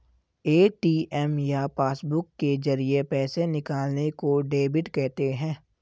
ATM या passbook के जरिये पैसे निकालने को डेबिट कहते हैं